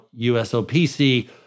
USOPC